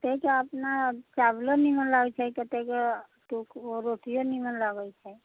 कतेके अपना चावलो नीमन लगै छै कतेके रोटिओ नीमन लगै छै